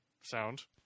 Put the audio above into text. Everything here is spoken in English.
sound